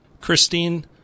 Christine